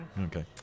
Okay